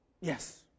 Yes